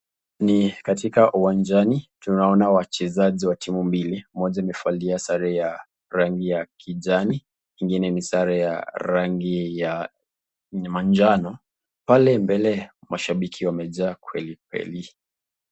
Ni katika uwanjani tunaona wachezaji wa timu moja ,moja imevalia sare ya rangi ya kijani ingine ni sare ya rangi ya majano , pale mbele mashabiki wamejaa kweli kweli.